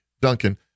Duncan